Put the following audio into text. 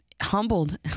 humbled